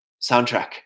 soundtrack